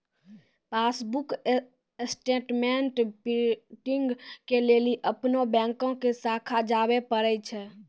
passbook statement printing के लेली अपनो बैंको के शाखा जाबे परै छै